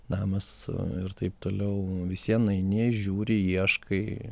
namas ir taip toliau vis vien eini žiūri ieškai